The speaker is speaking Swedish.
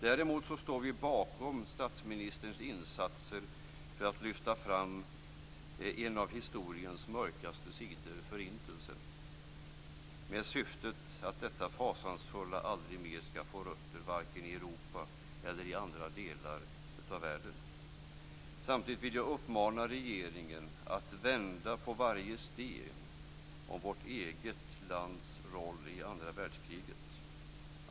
Däremot står vi bakom statsministerns insatser för att lyfta fram en av historiens mörkaste sidor - Förintelsen - i syfte att detta fasansfulla aldrig mer ska få rötter varken i Europa eller i andra delar av världen. Samtidigt vill jag uppmana regeringen att vända på varje sten när det gäller vårt eget lands roll i andra världskriget.